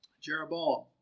Jeroboam